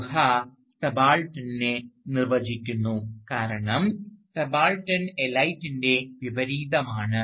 ഗുഹ സബാൾട്ടണിനെ നിർവചിക്കുന്നു കാരണം സബാൾട്ടൻ എലൈറ്റിൻറെ വിപരീതമാണ്